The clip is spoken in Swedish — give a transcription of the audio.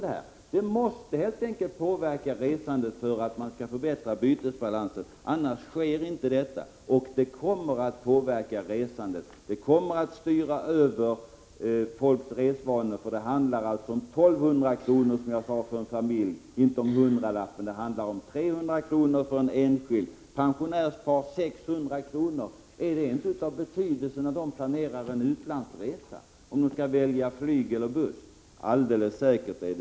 Höjningen måste helt enkelt påverka resandet för att bytesbalansen skall förbättras — annars sker ingen förbättring av bytesbalansen. Och höjningen kommer att påverka resandet, den kommer att ändra folks resvanor. Det handlar inte om en hundralapp, utan det handlar om 300 kr. för en enskild, 600 kr. för ett pensionärspar och, som jag sade, 1 200 kr. för en familj — är inte det av betydelse när man avgör om man skall välja flyg eller buss när man planerar en utlandsresa?